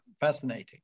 fascinating